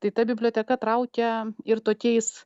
tai ta biblioteka traukia ir tokiais